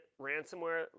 ransomware